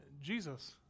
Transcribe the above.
Jesus